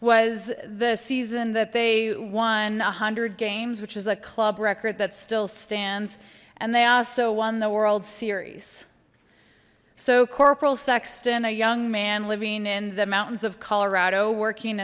was the season that they won a hundred games which is a club record that still stands and they also won the world series so corporal sexton a young man living in the mountains of colorado working